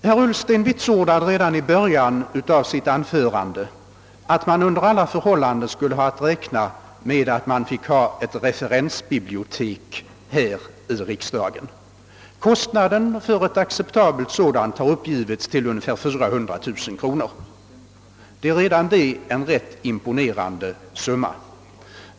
Herr Ullsten framhöll redan i början av sitt anförande att man under alla förhållanden skulle ha att räkna med att ett referensbibliotek funnes här i riksdagen. Kostnaden för ett acceptabelt sådant har uppgivits till ungefär 400 000 kronor, redan det en rätt imponerande summa.